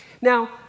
Now